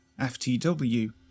FTW